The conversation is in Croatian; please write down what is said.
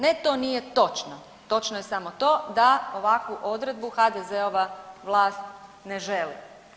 Ne, to nije točno, točno je samo to da ovakvu odredbu HDZ-ova vlast ne želi.